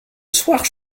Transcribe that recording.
soir